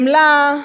חמלה,